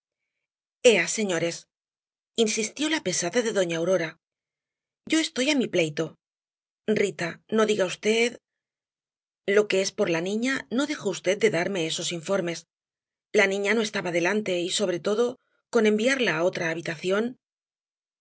señores insistió la pesada de doña aurora yo estoy á mi pleito rita no diga v lo que es por la niña no dejó v de darme esos informes la niña no estaba delante y sobre todo con enviarla á otra habitación